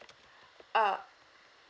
uh